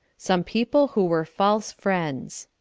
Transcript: some people who were false friends.